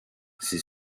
ses